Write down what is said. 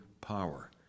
power